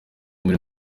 muri